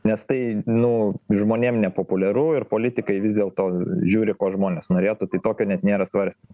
nes tai nu žmonėm nepopuliaru ir politikai vis dėlto žiūri ko žmonės norėtų tai tokio net nėra svarstymo